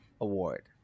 award